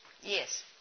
Yes